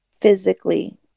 physically